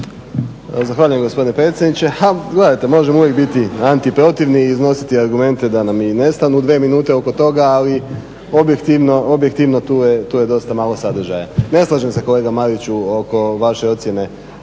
Zahvaljujem gospodine predsjedniče. Ha gledajte, možemo uvijek biti anti protivni i iznositi argumente da nam i ne stanu u dvije minute oko toga, ali objektivno tu je dosta malo sadržaja. Ne slažem se kolega Mariću oko vaše ocjene